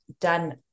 done